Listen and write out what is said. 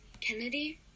Kennedy